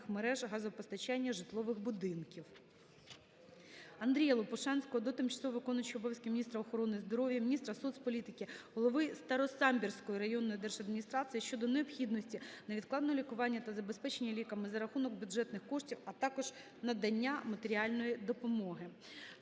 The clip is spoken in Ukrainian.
мереж газопостачання житлових будинків. Андрія Лопушанського до тимчасово виконуючої обов'язки міністра охорони здоров'я, міністра соцполітики, Голови Старосамбірської районної держадміністрації щодо необхідності невідкладного лікування та забезпечення ліками за рахунок бюджетних коштів, а також надання матеріальної допомоги.